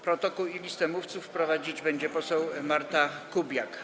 Protokół i listę mówców prowadzić będzie poseł Marta Kubiak.